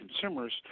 consumers